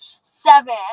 seven